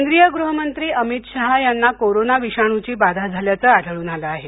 केंद्रीय गृह मंत्री अमित शाह यांना कोरोना विषाणूची बाधा झाल्याचं आढळून आलं आहे